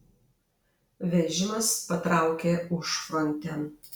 vežimas patraukė užfrontėn